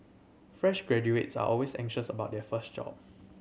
fresh graduates are always anxious about their first job